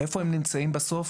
איפה הן נמצאות בסוף